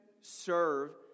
serve